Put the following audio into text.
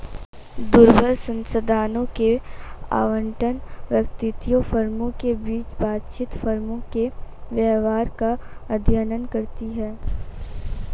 दुर्लभ संसाधनों के आवंटन, व्यक्तियों, फर्मों के बीच बातचीत, फर्मों के व्यवहार का अध्ययन करती है